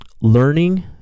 learning